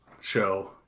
show